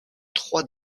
trois